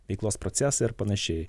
veiklos procesai ir panašiai